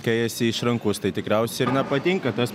kai esi išrankus tai tikriausiai ir nepatinka tas